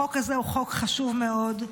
החוק הזה הוא חוק חשוב מאוד,